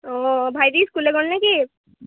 অঁ ভাইটি স্কুললৈ গ'ল নেকি